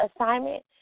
assignment